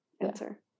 answer